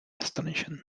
astonishing